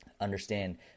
understand